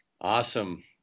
Awesome